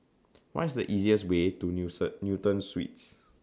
What IS The easiest Way to Newton Suites